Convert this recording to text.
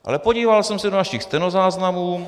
Ale podíval jsem se do našich stenozáznamů.